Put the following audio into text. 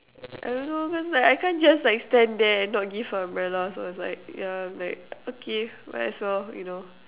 I don't know cause like I can't just like stand there and not give her umbrella so I was like ya like okay might as well you know